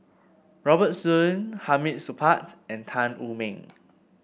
Robert Soon Hamid Supaat and Tan Wu Meng